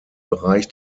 bereich